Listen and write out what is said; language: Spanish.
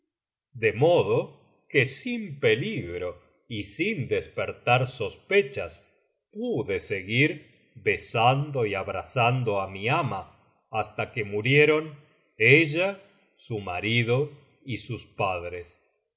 de modo que sin peligro y sin despertar sospechas pude seguir besando y abrazando á mi ama hasta que murieron ella su marido y sus padres